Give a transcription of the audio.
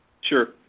Sure